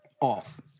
off